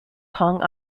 kong